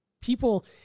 people